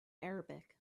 arabic